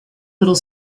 little